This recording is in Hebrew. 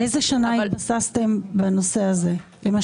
על איזו שנה התבססתם בנושא הזה למשל?